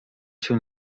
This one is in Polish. się